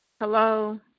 Hello